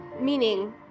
Meaning